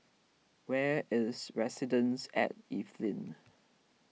where is Residences at Evelyn